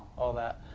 all that,